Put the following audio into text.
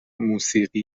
موسیقی